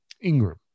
Ingram